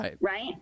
right